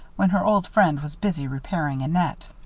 when her old friend was busy repairing a net.